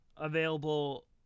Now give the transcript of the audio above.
available